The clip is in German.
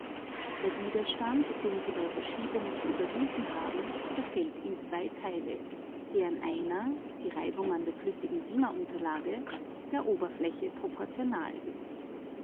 der widerstand den sie bei verschiebung zu überwinden haben zerfällt in zwei teile deren einer die reibung an der flüssigen simaunterlage der oberfläche proportional ist